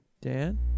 Dan